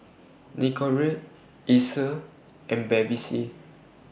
Nicorette Acer and Bevy C